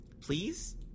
Please